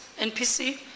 NPC